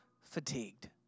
fatigued